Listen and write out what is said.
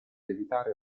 evitare